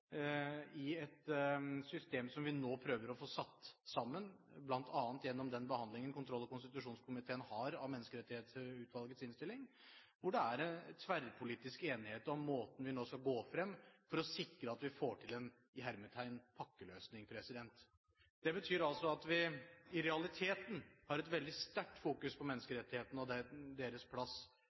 i et system som vi nå prøver å få satt sammen, bl.a. gjennom den behandlingen kontroll- og konstitusjonskomiteen har av Menneskerettighetsutvalgets innstilling, hvor det er tverrpolitisk enighet om måten vi nå skal gå frem på for å sikre at vi får til en «pakkeløsning». Det betyr at vi i realiteten fokuserer veldig sterkt på menneskerettighetene og deres plass